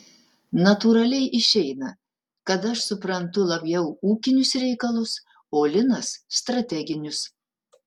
natūraliai išeina kad aš suprantu labiau ūkinius reikalus o linas strateginius